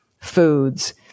foods